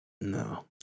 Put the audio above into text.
No